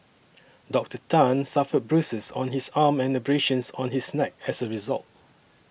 Doctor Tan suffered bruises on his arm and abrasions on his neck as a result